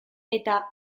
eta